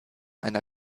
einer